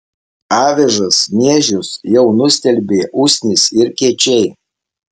avižas miežius jau nustelbė usnys ir kiečiai